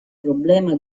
problema